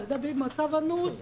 הילדה במצב אנוש,